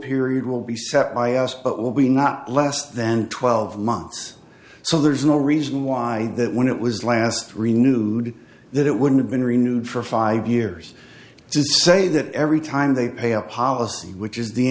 period will be set by us but will be not less than twelve months so there's no reason why that when it was last renewed that it would have been renewed for five years to say that every time they pay a policy which is the